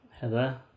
Heather